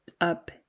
up